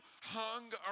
hung